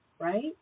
right